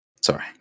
Sorry